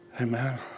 Amen